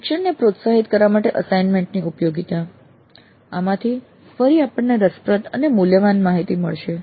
શિક્ષણને પ્રોત્સાહિત કરવા માટે અસાઈન્મેન્ટ ની ઉપયોગિતા આમાંથી ફરી આપણને રસપ્રદ અને મૂલ્યવાન માહિતી મળશે